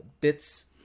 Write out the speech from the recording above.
bits